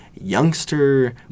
youngster